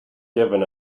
given